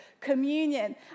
communion